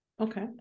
Okay